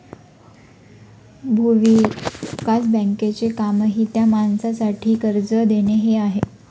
भूविकास बँकेचे कामही त्या माणसासाठी कर्ज देणे हे आहे